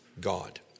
God